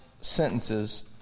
sentences